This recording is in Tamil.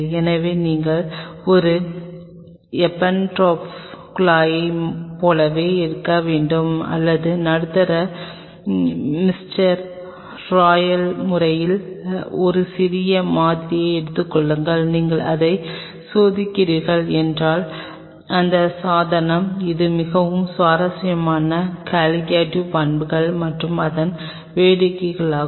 எனவே நீங்கள் ஒரு எப்பென்டார்ஃப் குழாயைப் போலவே எடுக்க வேண்டும் அல்லது நடுத்தர மிஸ்டர் ராயல் முறையில் ஒரு சிறிய மாதிரியை எடுத்துக் கொள்ளுங்கள் நீங்கள் அதை சோதிக்கிறீர்கள் என்றால் இந்த சாதனம் இது மிகவும் சுவாரஸ்யமான கால்லிகட்டிவ் பண்புகள் மற்றும் அதன் வேடிக்கையாகும்